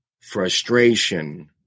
frustration